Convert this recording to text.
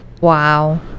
Wow